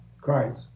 Christ